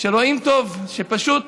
שרואים טוב, שפשוט